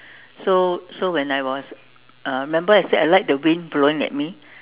so so when I was uh remember I said I like when the wind blowing at me